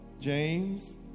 James